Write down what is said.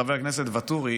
חבר הכנסת ואטורי,